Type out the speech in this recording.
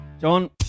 John